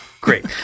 Great